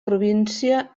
província